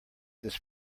this